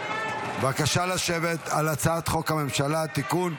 להצבעה, בבקשה לשבת, על הצעת חוק הממשלה (תיקון,